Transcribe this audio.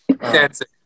Dancing